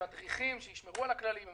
עם מדריכים שישמרו על הכללים,